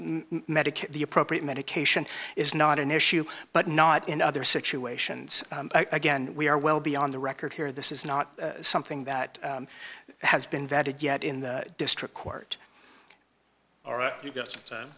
medical the appropriate medication is not an issue but not in other situations again we are well beyond the record here this is not something that has been vetted yet in the district court